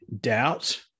doubt